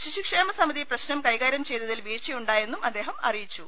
ശിശുക്ഷേമ സമിതി പ്രശ്നം കൈകാരൃം ചെയ്തതിൽ വീഴ്ച യുണ്ടായെന്നും അദ്ദേഹം അറിയിച്ചു